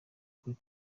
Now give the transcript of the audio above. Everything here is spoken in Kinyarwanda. kuri